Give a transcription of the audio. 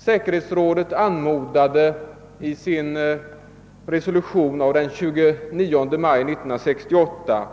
Säkerhetsrådet anmodade i sin resolution av den 29 maj 1968